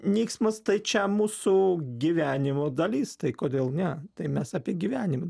nyksmas tai čia mūsų gyvenimo dalis tai kodėl ne tai mes apie gyvenimą